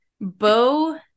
Bo